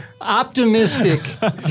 optimistic